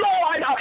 Lord